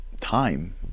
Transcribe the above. Time